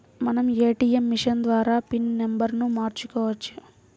మనం ATM machine ద్వారా pin నెంబర్ను మార్చుకోవచ్చు